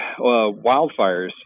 wildfires